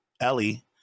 Ellie